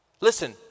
listen